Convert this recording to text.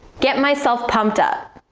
get myself pumped up,